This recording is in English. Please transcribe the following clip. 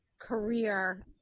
career